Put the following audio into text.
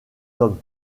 hommes